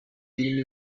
birimo